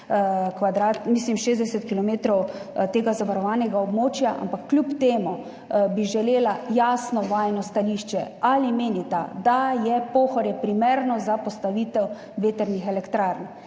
kilometrov tega zavarovanega območja, ampak kljub temu bi želela jasno vajino stališče. Ali menita, da je Pohorje primerno za postavitev vetrnih elektrarn?